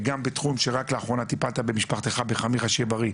וגם בתחום שרק לאחרונה טיפלת במשפחתך בחמיך שתהיה בריא,